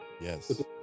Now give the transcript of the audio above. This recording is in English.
Yes